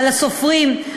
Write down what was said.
על הסופרים,